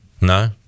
no